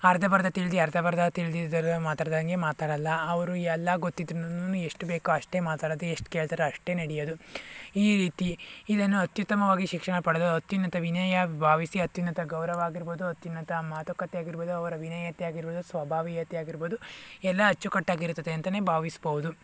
ಅರ್ಧ ಬರ್ದ ತಿಳ್ದು ಅರ್ಧ ಬರ್ದ ತಿಳ್ದಿದ್ದವರು ಮಾತಾಡ್ದಂಗೆ ಮಾತಾಡಲ್ಲ ಅವರು ಎಲ್ಲ ಗೊತ್ತಿದ್ರುನೂ ಎಷ್ಟು ಬೇಕೋ ಅಷ್ಟೇ ಮಾತಾಡೋದು ಎಷ್ಟು ಕೇಳ್ತಾರೋ ಅಷ್ಟೇ ನಡೆಯೋದು ಈ ರೀತಿ ಇದನ್ನು ಅತ್ಯುತ್ತಮವಾಗಿ ಶಿಕ್ಷಣ ಪಡೆದವರು ಅತ್ಯುನ್ನತ ವಿನಯ ಭಾವಿಸಿ ಅತ್ಯುನ್ನತ ಗೌರವ ಆಗಿರ್ಬೋದು ಅತ್ಯುನ್ನತ ಮಾತುಕತೆ ಆಗಿರ್ಬೋದು ಅವರ ವಿನಯತೆ ಆಗಿರ್ಬೋದು ಸ್ವಭಾವಿಯತೆ ಆಗಿರ್ಬೋದು ಎಲ್ಲ ಅಚ್ಚುಕಟ್ಟಾಗಿ ಇರುತ್ತದೆ ಅಂತಾನೇ ಭಾವಿಸ್ಬೌದು